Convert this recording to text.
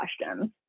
questions